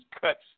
cuts